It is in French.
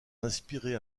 inspiré